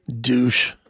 Douche